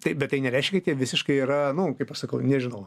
taip bet tai nereiškia jie visiškai yra nu kaip aš pasakau nežinau